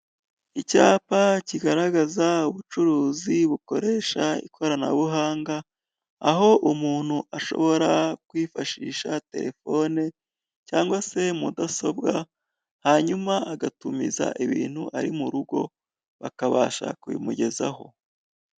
Icyapa kigaragaza ubucuruzi bukoresha ikoranabuhanga, aho umuntu ashobora kwifashisha telefone cyangwa se mudasobwa, hanyuma agatumiza ibintu ari mu rugo, bakabasha kubimugezaho.